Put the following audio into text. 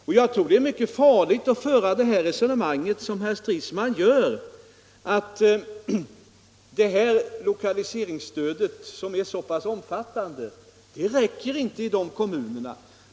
Jag tror att det är mycket farligt att som herr Stridsman gör föra det resonemanget att det här lokaliseringsstödet, som är så pass omfattande, inte räcker i de ifrågavarande kommunerna.